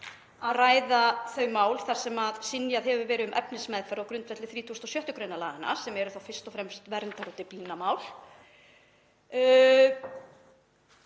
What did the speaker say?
að ræða þau mál þar sem synjað hefur verið um efnismeðferð á grundvelli 36. gr. laganna, sem eru þá fyrst og fremst verndarmál